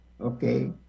Okay